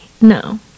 No